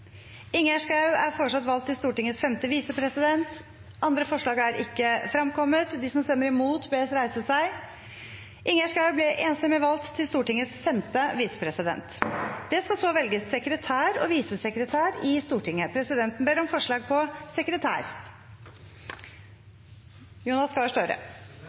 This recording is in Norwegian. Ingjerd Schou . Ingjerd Schou er foreslått valgt til Stortingets femte visepresident. – Andre forslag er ikke fremkommet. Det skal så velges sekretær og visesekretær i Stortinget. Presidenten ber om forslag på sekretær